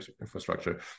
infrastructure